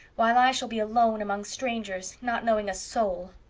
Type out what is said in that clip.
while i shall be alone among strangers, not knowing a soul!